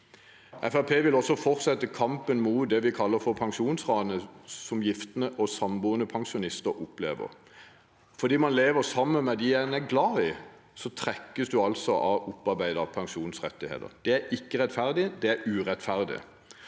vil også fortsette kampen mot det vi kaller for pensjonsranet, som gifte og samboende pensjonister opplever. Fordi man lever sammen med den man er glad i, trekkes det altså av opparbeidede pensjonsrettigheter. Det er ikke rettferdig, det er urettferdig.